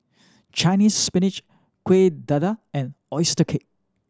Chinese Spinach Kueh Dadar and oyster cake